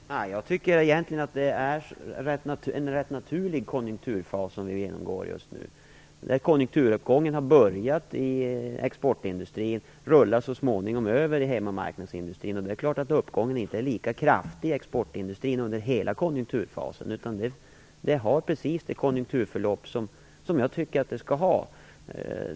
Fru talman! Jag tycker egentligen att det är en rätt naturlig konjunkturfas som vi genomgår just nu. När konjunkturuppgången har börjat i exportindustrin rullar den så småningom över till hemmamarknadsindustrin. Uppgången är självfallet inte lika kraftig i exportindustrin under hela konjunkturfasen, utan konjunkturförloppet är precis så som jag tycker att det skall vara.